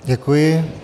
Děkuji.